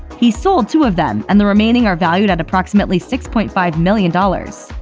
he sold two of them, and the remaining are valued at approximately six point five million dollars.